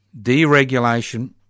deregulation